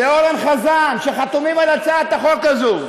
לאורן חזן, שחתומים על הצעת החוק הזאת,